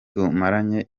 tumaranye